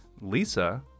Lisa